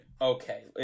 Okay